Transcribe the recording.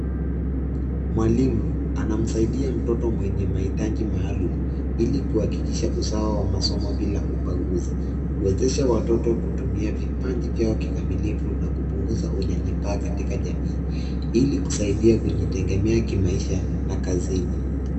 Mwalimu, anamsaidia mtoto mwenye mahitaji maalum, ili kuhakikisha usawa wa masomo bila ubaguzi. Huwezesha watoto kutumia vipaji vyao kikamilifu, na kupunguza unyanyapaa katika jamii, ili kusaidia kujitegemea kimaisha, na kazini.